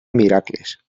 miracles